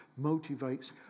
motivates